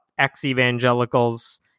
ex-evangelicals